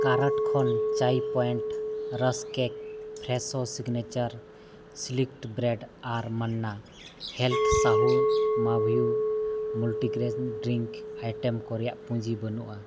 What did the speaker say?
carrot ᱠᱷᱚᱱ Chai Point rusk cake Fresho signature sliced bread ᱟᱨ Manna health sattu ᱢᱟᱵᱷᱭᱩ ᱢᱟᱞᱴᱤᱜᱨᱮᱭᱤᱱ ᱰᱨᱤᱝᱠ ᱟᱭᱴᱮᱢ ᱠᱚ ᱨᱮᱭᱟᱜ ᱯᱩᱸᱡᱤ ᱵᱟᱹᱱᱩᱜᱼᱟ